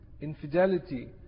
infidelity